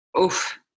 Oof